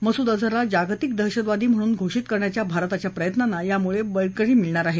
मसूद अझहरला जागतिक दहशतवादी म्हणून घोषित करण्याच्या भारताच्या प्रयत्नांना यामुळे बळकटी मिळणार आहे